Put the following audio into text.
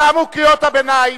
תמו קריאות הביניים,